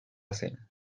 cena